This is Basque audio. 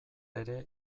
ere